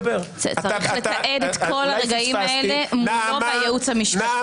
תתעד את כל הרגעים האלה מול הייעוץ המשפטי.